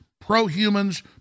pro-humans